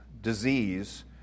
disease